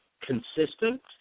consistent